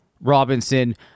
Robinson